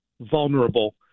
vulnerable